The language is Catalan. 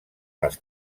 les